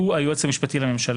הוא היועץ המשפטי לממשלה.